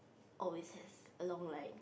or is it a long ride